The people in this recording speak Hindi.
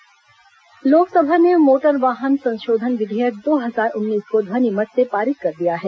मोटर वाहन संशोधन विधेयक लोकसभा ने मोटर वाहन संशोधन विधेयक दो हजार उन्नीस को ध्वनि मत से पारित कर दिया है